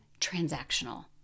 transactional